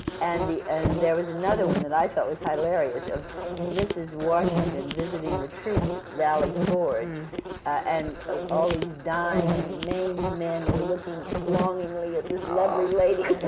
and the and there was another one that i thought was hilarious of mrs. washington visiting the troops at valley and and all these dying and main men were looking longingly at this lovely lady.